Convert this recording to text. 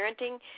parenting